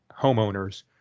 homeowners